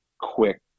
quick